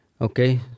Okay